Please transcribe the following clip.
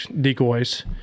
decoys